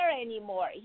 anymore